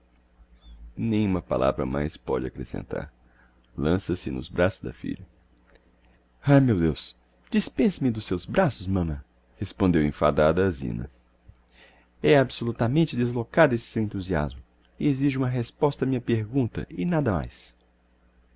uma palavra mais pode accrescentar lança se nos braços da filha ah meu deus dispense me dos seus abraços mamã respondeu enfadada a zina é absolutamente deslocado esse seu enthusiasmo exijo uma resposta á minha pergunta e nada mais